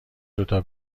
دوتا